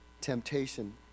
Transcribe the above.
temptation